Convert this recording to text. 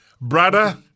Brother